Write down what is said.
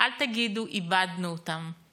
אל תגידו: איבדנו אותם.